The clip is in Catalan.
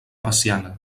veciana